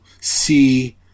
see